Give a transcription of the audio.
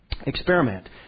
experiment